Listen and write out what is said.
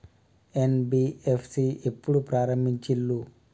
NBFC ఎప్పుడు ప్రారంభించిల్లు?